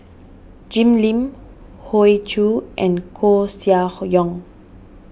Jim Lim Hoey Choo and Koeh Sia Yong